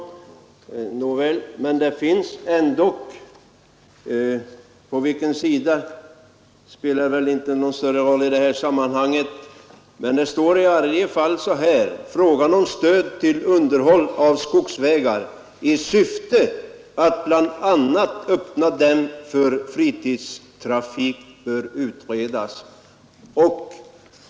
Nåväl, men det står dock — på vilken sida spelar väl ingen större roll i detta sammanhang — att frågan om stöd till underhåll av skogsvägar i syfta att bl.a. öppna dem för fritidstrafik bör utredas.